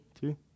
Two